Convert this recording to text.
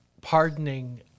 pardoning